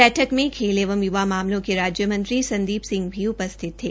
बैठक में खेल एवं युवा मामलों के राज्यमंत्री संदीप सिंह भी उपस्थित थे